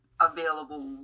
available